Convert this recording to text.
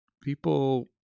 people